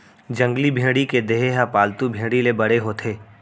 जंगली भेड़ी के देहे ह पालतू भेड़ी ले बड़े होथे